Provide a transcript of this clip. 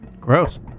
Gross